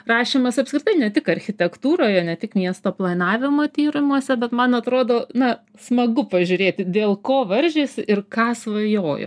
rašymas apskritai ne tik architektūroje ne tik miesto planavimo tyrimuose bet man atrodo na smagu pažiūrėti dėl ko varžėsi ir ką svajojo